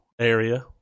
area